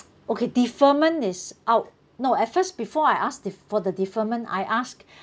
okay deferment is out no at first before I asked def~ for the deferment I asked